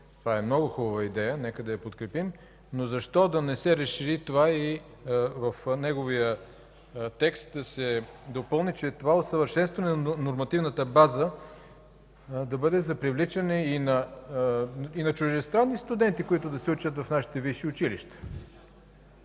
Това е много хубава идея, нека да я подкрепим. Но защо да не се разшири това и в неговия текст да се допълни, че усъвършенстването на нормативната база да бъде за привличане и на чуждестранни студенти, които да се учат в нашите висши училища?!